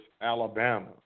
Alabama